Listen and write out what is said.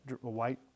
white